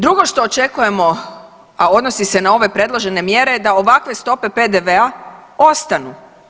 Drugo što očekujemo a odnosi se na ove predložene mjere, da ovakve stope PDV-a ostanu.